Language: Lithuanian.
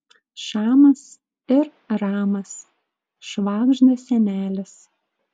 šamas ir ramas švagžda senelis